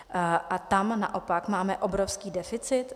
A tam naopak máme obrovský deficit.